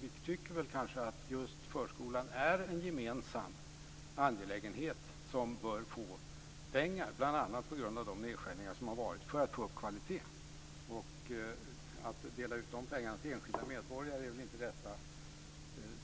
Vi tycker att just förskolan är en gemensam angelägenhet som, bl.a. på grund av de nedskärningar som har varit, bör få pengar för att få upp kvaliteten. Att dela ut de pengarna till enskilda medborgare är väl inte det rätta